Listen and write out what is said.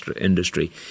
industry